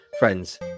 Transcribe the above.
friends